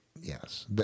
yes